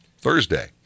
Thursday